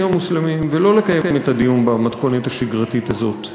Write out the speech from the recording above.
המוסלמים ולא לקיים את הדיון במתכונת השגרתית הזאת.